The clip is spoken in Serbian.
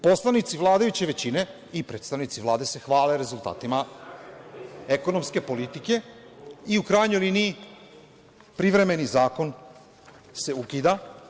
Poslanici vladajuće većine i predstavnici Vlade se hvale rezultatima ekonomske politike i, u krajnjoj liniji, privremeni zakon se ukida.